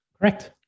Correct